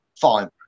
Fine